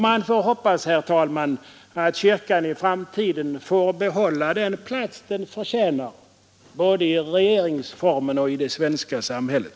Man får hoppas, herr talman, att kyrkan i framtiden får behålla den plats den förtjänar både i regeringsformen och i det svenska samhället.